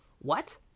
What